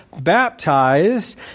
baptized